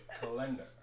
calendar